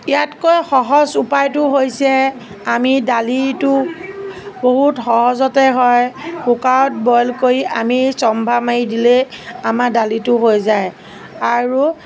ইয়াতকৈ সহজ উপায়টো হৈছে আমি দালিটো বহুত সহজতেই হয় কুকাৰত বইল কৰি আমি চম্ভাৰ মাৰি দিলেই আমাৰ দালিটো হৈ যায় আৰু